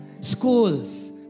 schools